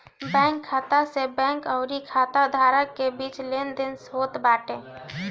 bank खाता से bank अउरी खाता धारक के बीच लेनदेन होत बाटे